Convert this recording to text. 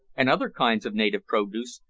and other kinds of native produce,